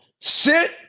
sit